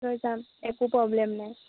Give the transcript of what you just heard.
লৈ যাম একো প্ৰব্লেম নাই